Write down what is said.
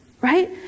right